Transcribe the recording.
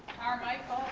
carmichael.